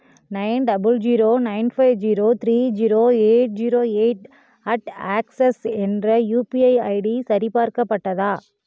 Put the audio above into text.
nine double zero nine five zero three zero eight zero eight at Axis என்ற UPI ID சரிபார்க்கப்பட்டதா